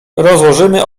rozłożymy